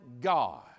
God